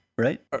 Right